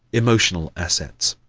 emotional assets